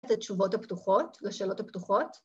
‫את התשובות הפתוחות, לשאלות הפתוחות.